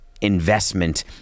investment